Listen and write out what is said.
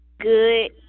Good